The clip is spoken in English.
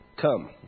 come